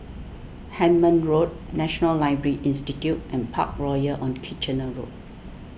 Hemmant Road National Library Institute and Parkroyal on Kitchener Road